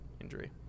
injury